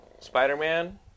Spider-Man